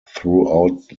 throughout